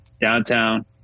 downtown